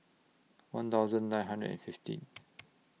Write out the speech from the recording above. one thousand nine hundred and fifteen